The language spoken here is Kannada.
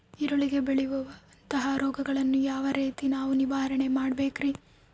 ಈರುಳ್ಳಿಗೆ ಬೇಳುವಂತಹ ರೋಗಗಳನ್ನು ಯಾವ ರೇತಿ ನಾವು ನಿವಾರಣೆ ಮಾಡಬೇಕ್ರಿ?